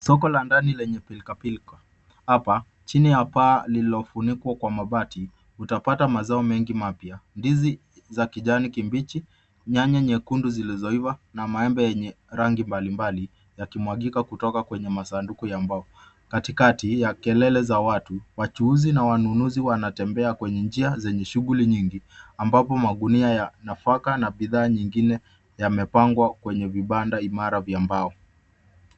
Soko la ndani lenye pilikapilika. Hapa, chini ya paa lililofunikwa kwa mabati utapata mazao mengi mapya: ndizi za kijani kibichi, nyanya nyekundu zilizoiva na maembe yenye rangi mbalimbali yakimwagika kutoka kwenye masanduku ya mbao. Katikati ya kelele za watu wachuuzi na wanunuzi wanatembea kwenye njia zenye shughuli nyingi ambapo magunia ya nafaka na bidhaa nyingine yamepangwa kwenye vibanda imara vya mbao.